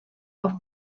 auf